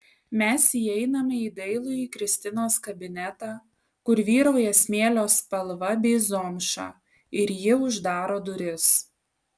mes įeiname į dailųjį kristinos kabinetą kur vyrauja smėlio spalva bei zomša ir ji uždaro duris